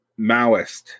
Maoist